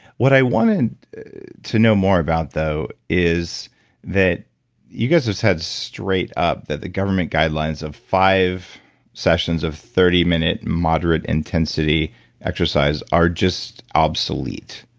what i wanted to know more about, though, is that you guys just had straight up that the government guidelines of five sessions of thirty minute moderate intensity exercise are just obsolete.